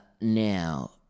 Now